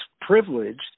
privileged